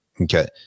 Okay